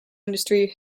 industry